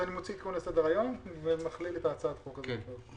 אני מוציא עדכון לסדר-היום ומכליל את הצעת החוק הזאת.